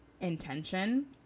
intention